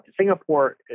Singapore